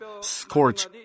scorch